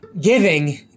giving